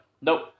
nope